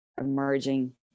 emerging